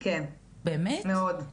כן, מאוד.